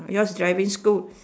yours driving school